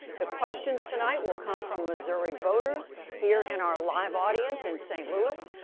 the questions tonight will come from missouri voters here in our live audience in st. louis,